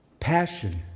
Passion